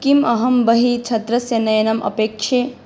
किम् अहं बहिः छत्रस्य नयनम् अपेक्षे